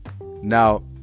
Now